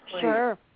Sure